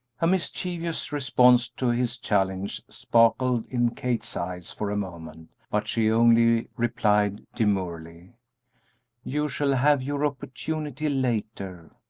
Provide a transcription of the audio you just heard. a mischievous response to his challenge sparkled in kate's eyes for a moment, but she only replied, demurely you shall have your opportunity later.